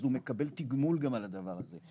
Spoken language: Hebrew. אז הוא גם מקבל תגמול על הדבר הזה,